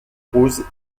rose